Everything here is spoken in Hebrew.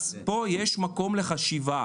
חוץ מהעמלות ההזויות שהם --- ומי נהנה מהשינוי הזה?